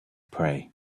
pray